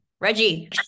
reggie